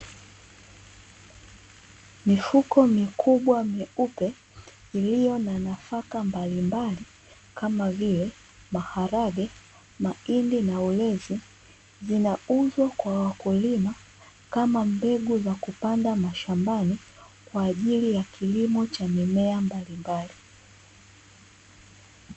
Mifuko mikubwa meupe iliyo na nafaka mbalimbali kama vile maharage, mahindi, na ulezi, zinauzwa kwa wakulima kama mbegu za kupanda mashambani kwa ajili ya kilimo cha mimea mbalimbali.